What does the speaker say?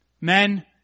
Men